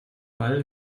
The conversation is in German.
ball